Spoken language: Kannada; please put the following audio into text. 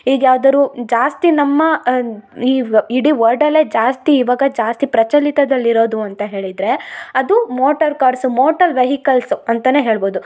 ಈಗ ಯಾವ್ದಾರು ಜಾಸ್ತಿ ನಮ್ಮ ಇವ ಇಡೀ ವರ್ಡಲ್ಲೇ ಜಾಸ್ತಿ ಇವಾಗ ಜಾಸ್ತಿ ಪ್ರಚಲಿತದಲ್ಲಿ ಇರೋದು ಅಂತ ಹೇಳಿದರೆ ಅದು ಮೋಟಾರ್ ಕಾರ್ಸ್ ಮೋಟಾರ್ ವೆಹಿಕಲ್ಸ್ ಅಂತಾನೆ ಹೇಳ್ಬೋದು